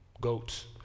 goats